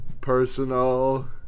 personal